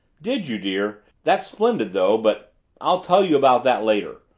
did you, dear? that's splendid, though but i'll tell you about that later.